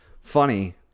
funny